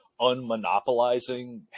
unmonopolizing